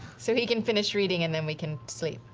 so he can finish reading and then we can sleep.